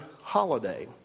holiday